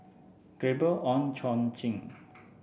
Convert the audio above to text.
Gabriel Oon Chong Jin